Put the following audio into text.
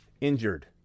injured